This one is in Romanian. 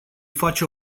face